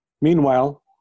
Meanwhile